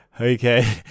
okay